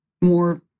more